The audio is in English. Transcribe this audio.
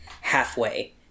halfway